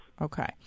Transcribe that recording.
Okay